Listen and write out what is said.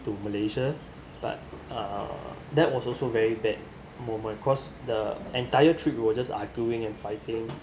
to malaysia but uh that was also very bad moment cause the entire trip we were just arguing and fighting